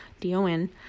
D-O-N